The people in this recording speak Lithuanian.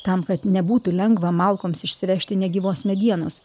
tam kad nebūtų lengva malkoms išsivežti negyvos medienos